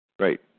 Right